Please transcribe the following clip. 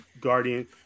guardian